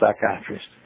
psychiatrists